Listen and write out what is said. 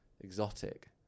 exotic